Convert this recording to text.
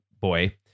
boy